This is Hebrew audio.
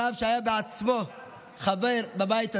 הרב, שהיה בעצמו חבר בבית הזה,